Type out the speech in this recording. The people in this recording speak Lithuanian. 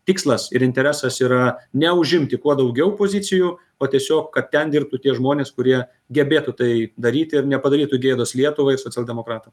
tikslas ir interesas yra ne užimti kuo daugiau pozicijų o tiesiog kad ten dirbtų tie žmonės kurie gebėtų tai daryti ir nepadarytų gėdos lietuvai socialdemokratam